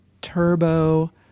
Turbo